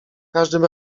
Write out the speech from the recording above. każdym